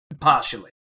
partially